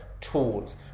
tools